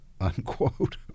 unquote